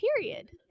period